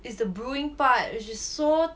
is the brewing part which is so